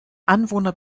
anwohner